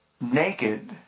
naked